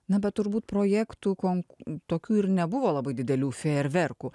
na bet turbūt projektų konk tokių ir nebuvo labai didelių fejerverkų